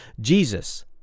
Jesus